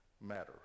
matter